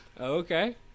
Okay